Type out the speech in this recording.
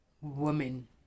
woman